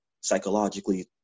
psychologically